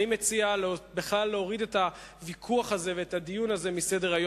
אני מציע בכלל להוריד את הוויכוח הזה ואת הדיון הזה מסדר-היום.